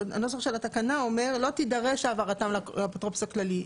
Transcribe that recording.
הנוסח של התקנה אומר לא תידרש העברתם לאפוטרופוס הכללי,